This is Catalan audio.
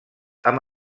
amb